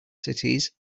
cities